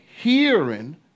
hearing